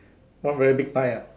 one very big pie ah